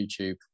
youtube